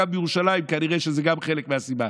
גם בירושלים כנראה שזה חלק מהסיבה,